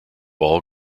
all